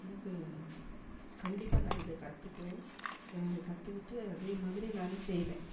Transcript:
எனக்கு கண்டிப்பாக நான் இதை கற்றுக்குவேன் கற்றுக்கிட்டு அதேமாதிரி நானும் செய்வேன்